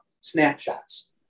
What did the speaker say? snapshots